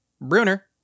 Bruner